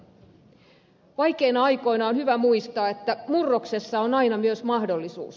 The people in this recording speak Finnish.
vaikeina aikoina on hyvä muistaa että murroksessa on aina myös mahdollisuus